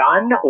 done